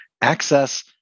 access